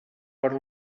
per